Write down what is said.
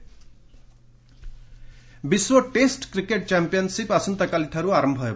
world test cricket ବିଶ୍ୱ test cricket championship ଆସନ୍ତାକାଲିଠାରୁ ଆରମ୍ଭ ହେବ